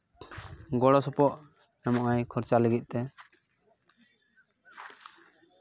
ᱜᱚᱲᱚ ᱥᱚᱯᱚᱦᱚᱫ ᱮᱢᱚᱜᱼᱟᱭ ᱠᱷᱚᱨᱪᱟ ᱞᱟᱹᱜᱤᱫ ᱛᱮ